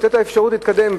לתת להם אפשרות להתקדם.